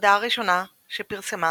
העבודה הראשונה שפרסמה